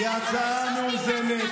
(חברת הכנסת מירב בן ארי יוצאת מאולם המליאה.) היא הצעה מאוזנת,